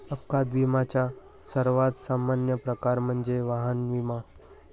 अपघात विम्याचा सर्वात सामान्य प्रकार म्हणजे वाहन विमा